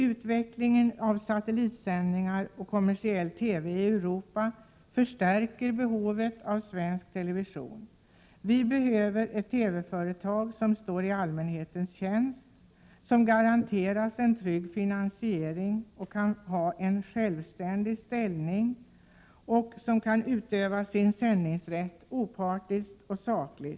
Utvecklingen av satellitsändningar och kommersiell TV i Europa förstärker behovet av svensk television. Vi behöver ett TV-företag som står i allmänhetens tjänst, som garanteras en trygg finansiering, som kan ha en självständig ställning och som kan utöva sin sändningsrätt opartiskt och sakligt.